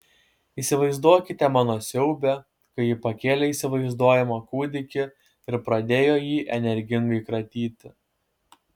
įsivaizduokite mano siaubią kai ji pakėlė įsivaizduojamą kūdikį ir pradėjo jį energingai kratyti